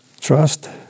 Trust